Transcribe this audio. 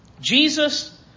Jesus